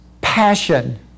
passion